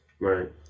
Right